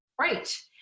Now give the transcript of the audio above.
Right